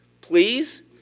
please